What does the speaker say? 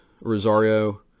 Rosario